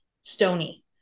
stony